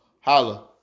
Holla